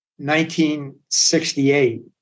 1968